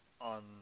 on